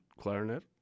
clarinet